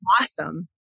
awesome